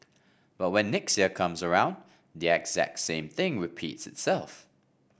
but when next year comes around the exact same thing repeats itself